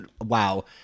Wow